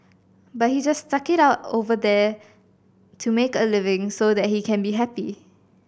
but he just stuck it out over here to make a living so that he can be happy